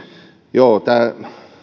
joo tämä